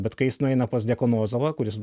bet kai jis nueina pas dekonozovą kuris